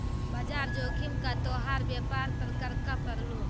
बाजार जोखिम का तोहार व्यापार पर क्रका पड़लो